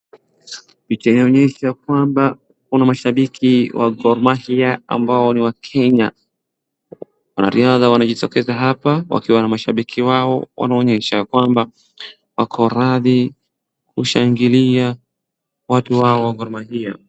Kuna mashabiki wa Gor Mahia ambao ni wa Kenya. Wanariadha wanajitokeza hapa, wakiwa na mashabiki wao wanaonyesha kwamba, wako radhi kushangilia watu wao wa Gor Mahia.